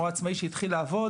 או עצמאי שהתחיל לעבוד